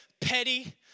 petty